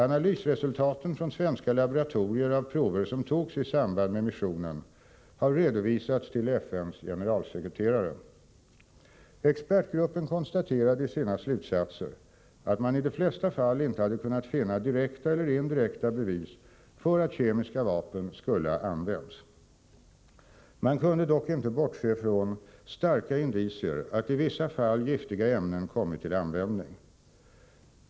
Analysresultaten från svenska laboratorier av prover som togs i samband med missionen har redovisats för FN:s generalsekreterare. Expertgruppen konstaterade i sina slutsatser att man i de flesta fallinte hade kunnat finna direkta eller indirekta bevis för att kemiska vapen skulle ha använts. Man kunde dock inte bortse från starka indicier på att i vissa fall giftiga ämnen kommit till användning.